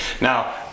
Now